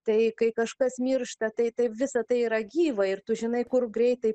tai kai kažkas miršta tai taip visa tai yra gyva ir tu žinai kur greitai